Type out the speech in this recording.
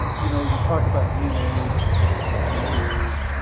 ah you know you talk about dna in here.